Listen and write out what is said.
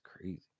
crazy